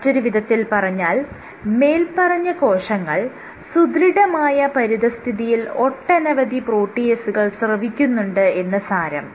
മറ്റൊരു വിധത്തിൽ പറഞ്ഞാൽ മേല്പറഞ്ഞ കോശങ്ങൾ സുദൃഢമായ പരിതസ്ഥിതിയിൽ ഒട്ടനവധി പ്രോട്ടീയേസുകൾ സ്രവിക്കുന്നുണ്ട് എന്ന് സാരം